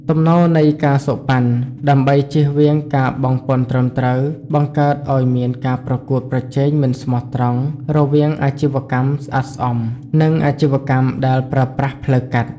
ទំនោរនៃ ការសូកប៉ាន់ ដើម្បីជៀសវាងការបង់ពន្ធត្រឹមត្រូវ បង្កើតឱ្យមានការប្រកួតប្រជែងមិនស្មោះត្រង់រវាងអាជីវកម្មស្អាតស្អំ និងអាជីវកម្មដែលប្រើប្រាស់ផ្លូវកាត់។